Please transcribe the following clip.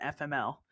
FML